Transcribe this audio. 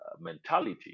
Mentality